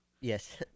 Yes